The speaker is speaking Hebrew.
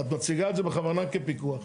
את מציגה את זה בכוונה כפיקוח.